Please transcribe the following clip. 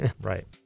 Right